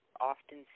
often